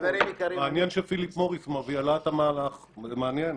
מעניין ש"פיליפ מוריס" מובילה את המהלך, מעניין.